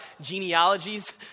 genealogies